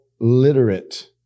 literate